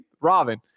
Robin